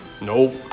Nope